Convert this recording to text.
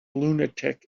lunatic